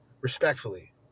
Respectfully